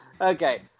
Okay